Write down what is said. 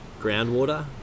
groundwater